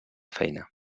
feina